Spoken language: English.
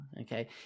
Okay